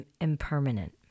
impermanent